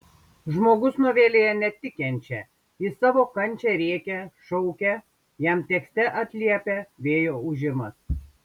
žmogus novelėje ne tik kenčia jis savo kančią rėkia šaukia jam tekste atliepia vėjo ūžimas